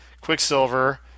Quicksilver